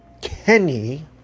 Kenny